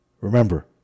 Remember